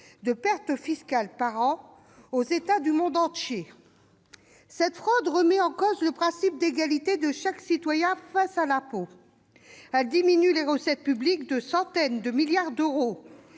de pertes fiscales aux États du monde entier. Cette fraude remet en cause le principe d'égalité de tous les citoyens face à l'impôt. Elle ampute les recettes publiques de centaines de milliards d'euros,